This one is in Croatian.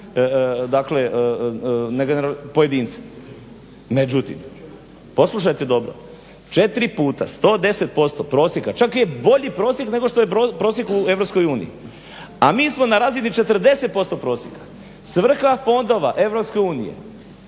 dakle pojedince. Međutim, poslušajte dobro, 4 puta 110% prosjeka, čak je i bolji prosjek nego što je prosjek u EU. A mi smo na razini 40% prosjeka. Svrha fondova EU